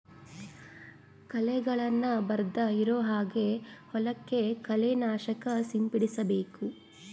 ಕಳೆಗಳನ್ನ ಬರ್ದೆ ಇರೋ ಹಾಗೆ ಹೊಲಕ್ಕೆ ಕಳೆ ನಾಶಕ ಸಿಂಪಡಿಸಬೇಕು